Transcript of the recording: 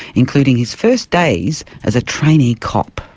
including his first days as a trainee cop.